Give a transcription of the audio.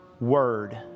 word